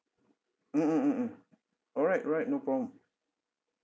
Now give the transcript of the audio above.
mm mm mm mm alright alright no problem